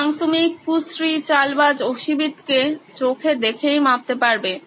সুতরাং তুমি এই কুশ্রী চালবাজ অশিবিদ কে চোখে দেখেই মাপতে পারবে